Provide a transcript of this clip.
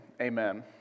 Amen